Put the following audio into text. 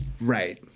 Right